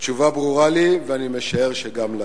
התשובה ברורה לי, ואני משער שגם לכם.